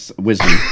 Wisdom